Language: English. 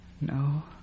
No